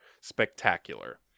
spectacular